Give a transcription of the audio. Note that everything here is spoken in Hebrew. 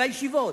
על הישיבות,